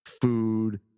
food